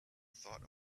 thought